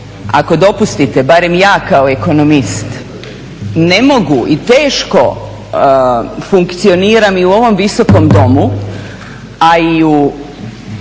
ako dopustite barem ja kao ekonomist ne mogu i teško funkcioniram i u ovom Visokom domu, a i u